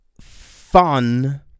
fun